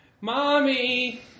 Mommy